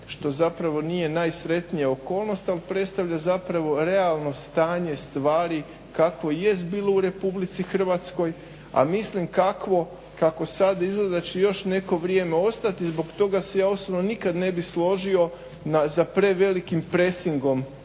što zapravo nije najsretnija okolnost a predstavlja realno stanje stvari kako jest bilo u RH al mislim kakvo kako sada izgleda da će još neko vrijeme ostati. Zbog toga se ja osobno nikad ne bih složio za prevelikim presingom